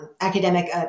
academic